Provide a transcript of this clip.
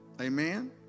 Amen